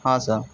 હા સર